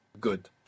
Good